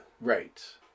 right